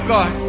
God